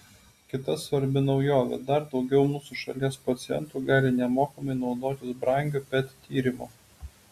kita svarbi naujovė dar daugiau mūsų šalies pacientų gali nemokamai naudotis brangiu pet tyrimu